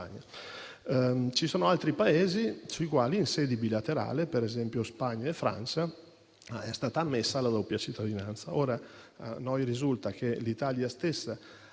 ci sono Paesi sui quali in sede bilaterale (per esempio Spagna e Francia) è stata ammessa la doppia cittadinanza.